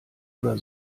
oder